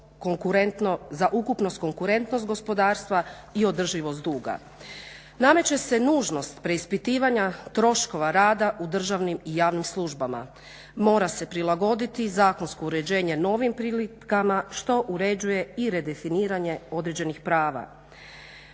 za ukupnost konkurentnost gospodarstva i održivost duga. Nameće se nužnost preispitivanja troškova rada u državnim i javnim službama. Mora se prilagoditi zakonsko uređenje novim prilikama što uređuje i redefiniranje određenih prava.